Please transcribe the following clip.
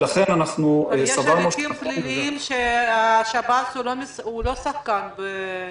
יש הליכים פליליים שהשב"ס הוא לא שחקן בהם.